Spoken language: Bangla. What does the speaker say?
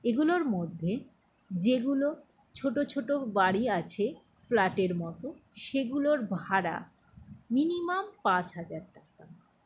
এগুলোর মধ্যে যেগুলো ছোটো ছোটো বাড়ি আছে ফ্ল্যাটের মতো সেগুলোর ভাড়া মিনিমাম পাঁচ হাজার টাকা